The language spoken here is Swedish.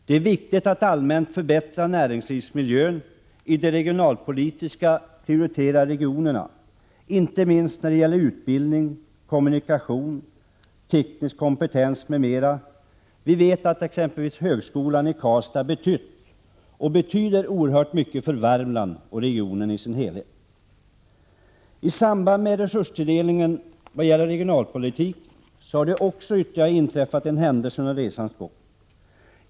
Det är viktigt att allmänt förbättra näringslivsmiljön i de regionalpolitiskt prioriterade regionerna, inte minst när det gäller utbildning, kommunikation, teknisk kompetens, m.m. Vi vet att exempelvis högskolan i Karlstad har betytt och betyder oerhört mycket för Värmland och regionen i dess helhet. I samband med resurstilldelningen på regionalpolitikens område har det inträffat ytterligare en händelse under resans gång.